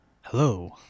Hello